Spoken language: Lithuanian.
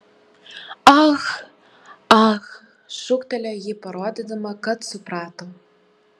ah ah šūktelėjo ji parodydama kad suprato